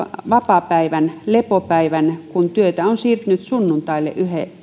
vapaapäivän lepopäivän kun työtä on siirtynyt sunnuntaille